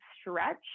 stretch